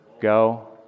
go